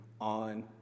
on